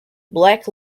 black